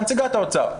נציגת האוצר,